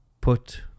put